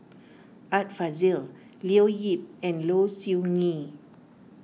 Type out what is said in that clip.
Art Fazil Leo Yip and Low Siew Nghee